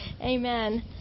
Amen